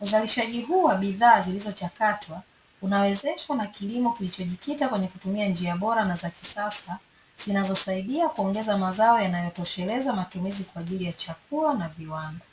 Uzalishaji huu wa bidhaa zilizochakatwa unawezeshwa na kilimo kilichojikita kwenye kutumia njia bora na za kisasa, zinazosaidia kuongeza mazao yanayotosheleza matumizi kwa ajili ya chakula na viwanda.